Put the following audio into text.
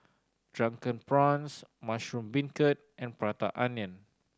Drunken Prawns mushroom beancurd and Prata Onion